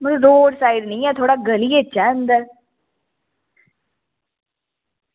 road side निं ऐ थोह्ड़ा गली च ऐ अंदर